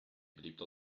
beliebter